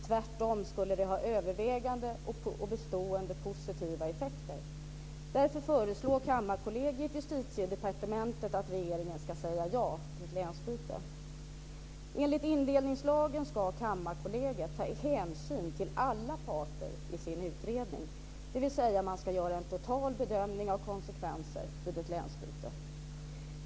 Tvärtom skulle det ha övervägande och bestående positiva effekter. Därför föreslår Kammarkollegiet Justitiedepartementet att regeringen ska säga ja till ett länsbyte. Enligt indelningslagen ska Kammarkollegiet ta hänsyn till alla parter i sin utredning, dvs. det ska göra en total bedömning av konsekvenser vid ett länsbyte.